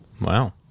Wow